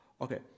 Okay